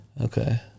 Okay